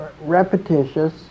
repetitious